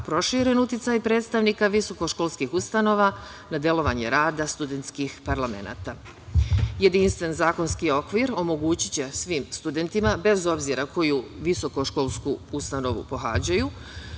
proširen uticaj predstavnika visokoškolskih ustanova na delovanje rada studentskih parlamenata. Jedinstven zakonski okvir omogući će svim studentima, bez obzira koju visoko školsku pohađaju,